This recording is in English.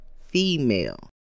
female